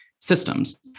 systems